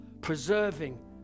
preserving